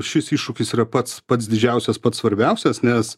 šis iššūkis yra pats pats didžiausias pats svarbiausias nes